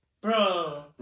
Bro